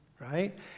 right